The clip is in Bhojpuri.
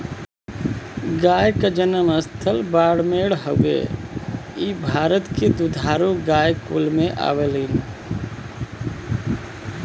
गाय क जनम स्थल बाड़मेर हउवे इ भारत के दुधारू गाय कुल में आवलीन